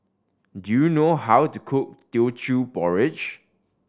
do you know how to cook Teochew Porridge